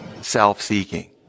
self-seeking